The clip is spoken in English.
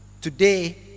today